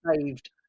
saved